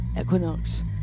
Equinox